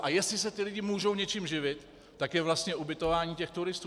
A jestli se ti lidi můžou něčím živit, tak je vlastně ubytování těch turistů.